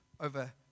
over